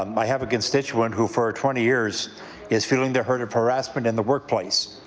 um i have a constituent who for twenty years is feeling the hurt of harassment in the work place